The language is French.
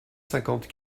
cinquante